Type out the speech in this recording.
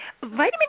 Vitamin